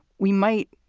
we might